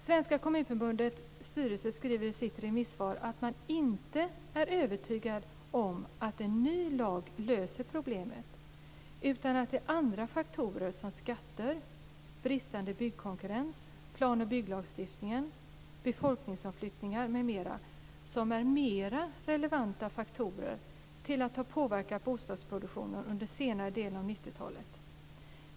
Svenska Kommunförbundets styrelse skriver i sitt remissvar att man inte är övertygad om att en ny lag löser problemet utan att andra faktorer som skatter, bristande byggkonkurrens, planoch bygglagstiftningen, befolkningsomflyttningar m.m. är mer relevanta faktorer för påverkan av bostadsproduktionen under senare delen av 90-talet.